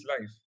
life